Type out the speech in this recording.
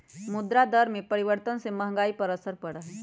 मुद्रा दर में परिवर्तन से महंगाई पर असर पड़ा हई